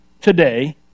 today